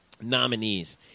nominees